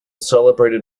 celebrated